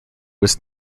was